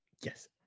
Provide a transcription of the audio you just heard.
Yes